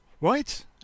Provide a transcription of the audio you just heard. right